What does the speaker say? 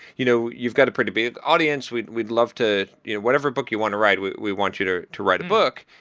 you know you've got a pretty big audience. we'd we'd love to whatever book you want to write, we we want you to to write a book.